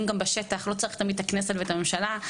בשטח ושלא תמיד צריך את הכנסת והממשלה.